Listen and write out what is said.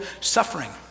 suffering